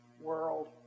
world